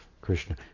Krishna